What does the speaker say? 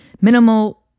minimal